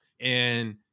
and-